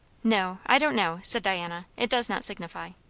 no i don't know, said diana. it does not signify.